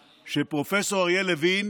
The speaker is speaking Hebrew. שפרופ' אריה לוין